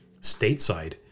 stateside